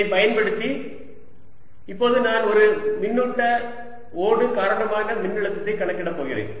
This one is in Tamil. இதைப் பயன்படுத்தி இப்போது நான் ஒரு மின்னூட்ட ஓடு காரணமான மின்னழுத்தத்தை கணக்கிடப் போகிறேன்